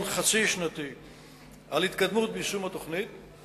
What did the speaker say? חצי-שנתי על התקדמות יישום התוכנית,